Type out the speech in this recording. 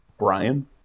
brian